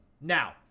now